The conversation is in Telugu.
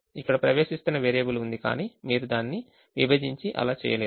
ఇక్కడ ప్రవేశిస్తున్న వేరియబుల్ ఉంది కానీ మీరు దానిని విభజించి అలా చేయలేరు